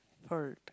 third